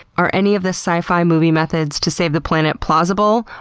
are any of the sci-fi movie methods to save the planet plausible,